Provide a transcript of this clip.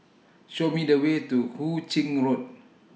Show Me The Way to Hu Ching Road